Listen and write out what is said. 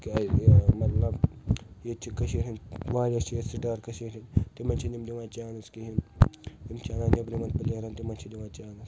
کیٛازِ یہِ مطلب ییٚتہِ چھِ کشیٖرِ ہنٛدۍ واریاہ چھِ ییٚتہِ سٹار کشیٖرِ ہنٛدۍ تِمن چھِنہٕ یِم دوان چانٕس کہیٖنۍ یِم چھِ انان نیٚبرِمیٚن پٕلیرَن تِمن چھِ یِم دوان چانٕس